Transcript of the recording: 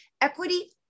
Equity